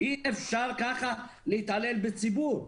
אי אפשר ככה להתעלל בציבור.